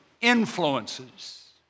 influences